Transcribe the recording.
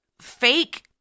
fake